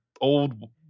old